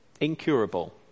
Incurable